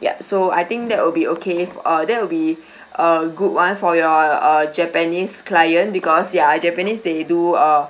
yup so I think that will be okay fo~ uh that will be a good one for your uh japanese client because ya ah japanese they do uh